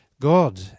God